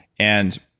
and